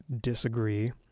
disagree